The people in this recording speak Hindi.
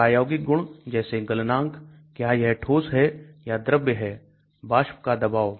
प्रायोगिक गुण जैसे गलनांक क्या यह ठोस है या द्रव्य है वाष्प का दबाव